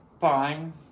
fine